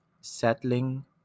settling